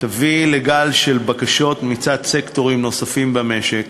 תביא לגל של בקשות מצד סקטורים נוספים במשק